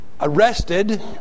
arrested